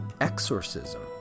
exorcism